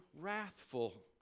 wrathful